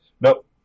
Nope